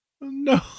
no